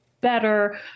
better